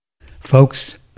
folks